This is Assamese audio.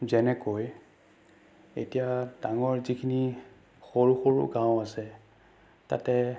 যেনেকৈ এতিয়া ডাঙৰ যিখিনি সৰু সৰু গাঁও আছে তাতে